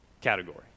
category